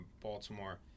Baltimore